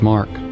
Mark